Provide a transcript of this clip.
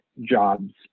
jobs